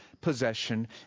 possession